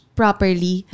properly